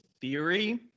theory